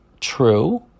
true